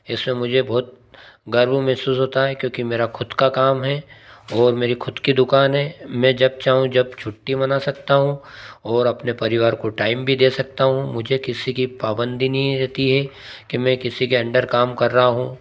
इसमें मुझे बहुत गर्व महसूस होता है क्योंकि मेरा खुद का काम है और मेरी खुद की दुकान है मैं जब चाहूँ जब छुट्टी मना सकता हूँ और अपने परिवार को टाइम भी दे सकता हूँ मुझे किसी की पाबंदी नहीं रहती है कि मैं किसी के अंडर काम कर रहा हूँ